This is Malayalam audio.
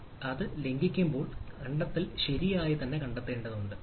ആക്രമണകാരികൾ സുരക്ഷാ നയങ്ങൾ ലംഘിക്കുമ്പോൾ കണ്ടെത്തൽ ശരിയായി കണ്ടെത്തേണ്ടതുണ്ട്